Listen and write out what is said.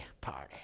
party